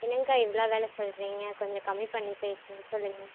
என்னங்க்கா இவ்வளோ விலை சொல்லுறிங்க கொஞ்சம் கம்மி பண்ணி பேசி சொல்லுங்கள்